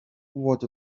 what